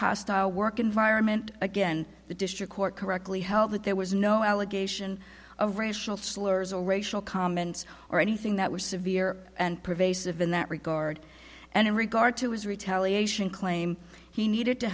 hostile work environment again the district court correctly held that there was no allegation of racial slurs or racial comments or anything that was severe and pervasive in that regard and in regard to his retaliation claim he needed to